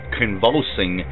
convulsing